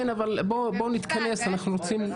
משפט אחד.